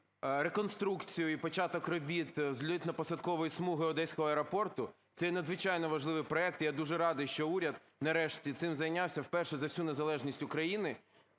реконструкцію і початок робіт злітно-посадкової смуги одеського аеропорту. Це надзвичайно важливий проект. Я дуже радий, що уряд, нарешті, цим зайнявся вперше за всю незалежність України.